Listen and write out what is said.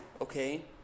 okay